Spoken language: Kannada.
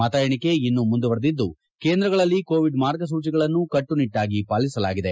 ಮತ ಎಣಿಕೆ ಇನ್ನೂ ಮುಂದುವರೆದಿದ್ದು ಕೇಂದ್ರಗಳಲ್ಲಿ ಕೊವಿಡ್ ಮಾರ್ಗಸೂಚಿಗಳನ್ನು ಕಟ್ಟು ನಿಟ್ಟಾಗಿ ಪಾಲಿಸಲಾಗಿದೆ